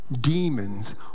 Demons